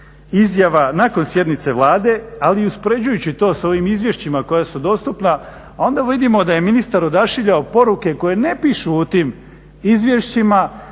izjava nakon sjednica Vlade ali i uspoređujući to s ovim izvješćima koja su dostupna onda vidimo da je ministar odašiljao poruke koje ne pišu u tim izvješćima.